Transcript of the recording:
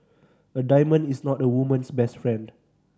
a diamond is not a woman's best friend